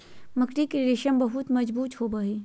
मकड़ी के रेशम बहुत मजबूत होवो हय